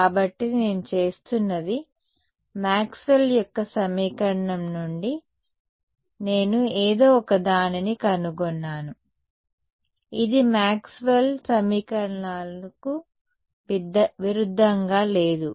కాబట్టి నేను చేస్తున్నది మాక్స్వెల్ యొక్క సమీకరణం నుండి నేను ఏదో ఒకదానిని కనుగొన్నాను ఇది మాక్స్వెల్ సమీకరణాలకు విరుద్ధంగా లేదు